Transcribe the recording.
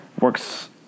works